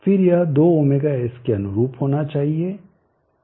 फिर यह 2ωs के अनुरूप होना चाहिए